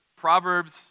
Proverbs